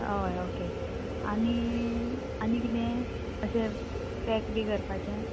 हय ओके आनी आनी किदें अशें पॅक बी करपाचें